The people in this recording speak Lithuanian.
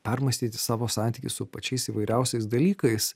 permąstyti savo santykį su pačiais įvairiausiais dalykais